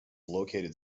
located